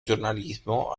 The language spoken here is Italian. giornalismo